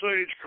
sage